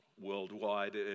worldwide